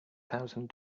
thousand